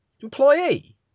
employee